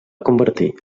convertir